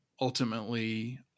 ultimately